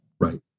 Right